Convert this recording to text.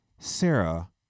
Sarah